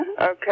Okay